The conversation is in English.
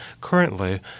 Currently